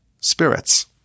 spirits